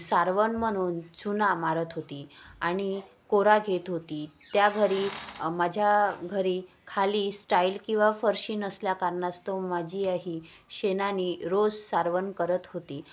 सारवण म्हणून चुना मारत होती आणि कोरा घेत होती त्या घरी माझ्या घरी खाली स्टाईल किंवा फरशी नसल्या कारणास्तव माझी आई शेणाने रोज सारवण करत होती